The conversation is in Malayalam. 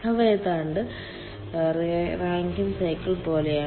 അവ ഏതാണ്ട് റാങ്കിൻ സൈക്കിൾ പോലെയാണ്